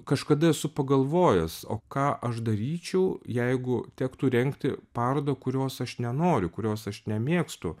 kažkada esu pagalvojęs o ką aš daryčiau jeigu tektų rengti parodą kurios aš nenoriu kurios aš nemėgstu